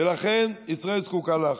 ולכן ישראל זקוקה להכרעה.